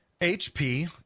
HP